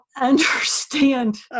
understand